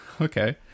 Okay